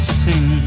sing